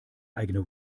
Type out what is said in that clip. eigene